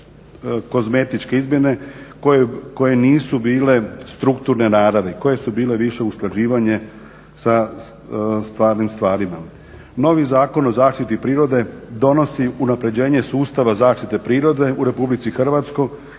kozmetičke izmjene koje nisu bile strukturne naravi, koje su bile više usklađivanje sa stvarnim stvarima. Novi Zakon o zaštiti prirode donosi unapređenje sustava zaštite prirode u Republici Hrvatskoj